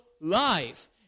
life